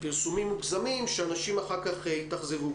פרסומים מוגזמים שאחר כך אנשים יתאכזבו.